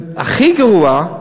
הכי גרוע,